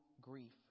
grief